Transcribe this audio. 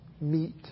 meet